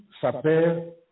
s'appelle